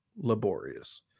laborious